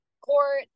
court